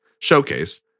Showcase